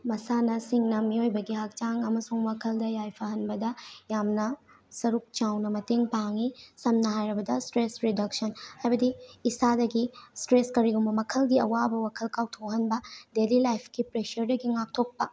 ꯃꯁꯥꯟꯅꯁꯤꯡꯅ ꯃꯤꯑꯣꯏꯕꯒꯤ ꯍꯛꯆꯥꯡ ꯑꯃꯁꯨꯡ ꯋꯥꯈꯜꯗ ꯌꯥꯏꯐꯍꯟꯕꯗ ꯌꯥꯝꯅ ꯁꯔꯨꯛ ꯆꯥꯎꯅ ꯃꯇꯦꯡ ꯄꯥꯡꯏ ꯁꯝꯅ ꯍꯥꯏꯔꯕꯗ ꯁ꯭ꯇꯔꯦꯁ ꯔꯤꯗꯛꯁꯟ ꯍꯥꯏꯕꯗꯤ ꯏꯁꯥꯗꯒꯤ ꯁ꯭ꯇꯔꯦꯁ ꯀꯔꯤꯒꯨꯝꯕ ꯃꯈꯜꯒꯤ ꯑꯋꯥꯕ ꯋꯥꯈꯜ ꯀꯥꯎꯊꯣꯛꯍꯟꯕ ꯗꯦꯜꯂꯤ ꯂꯥꯏꯐꯀꯤ ꯄ꯭ꯔꯦꯁꯔꯗꯒꯤ ꯉꯥꯛꯊꯣꯛꯄ